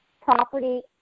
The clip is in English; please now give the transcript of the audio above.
Property